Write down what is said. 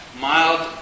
mild